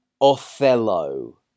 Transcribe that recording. Othello